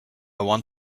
want